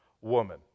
woman